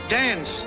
dance